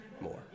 more